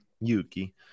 Yuki